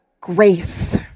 grace